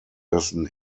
dessen